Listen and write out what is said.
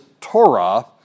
Torah